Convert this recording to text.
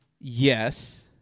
Yes